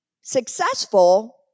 successful